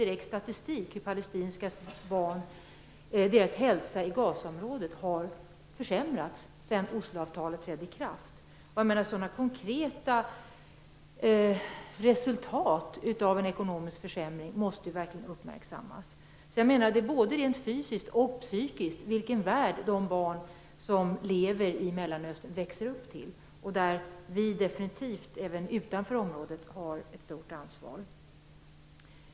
Enligt statistiken har hälsan för palestinska barn i Gazaområdet försämrats sedan Osloavtalet trädde i kraft. Sådana konkreta resultat av en ekonomisk försämring måste verkligen uppmärksammas. Det påverkar både rent fysiskt och psykiskt den värld barnen i Mellanöstern växer upp till. Där har även vi utanför området definitivt ett stort ansvar.